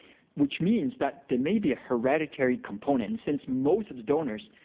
which means that there may be a hereditary component. and since most of the donors,